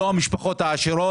לא המשפחות העשירות.